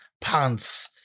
pants